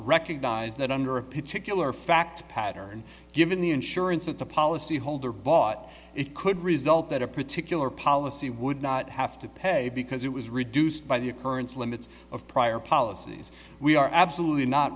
recognize that under a particular fact pattern given the insurance that the policyholder bought it could result that a particular policy would not have to pay because it was reduced by the occurrence limits of prior policies we are absolutely not